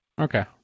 Okay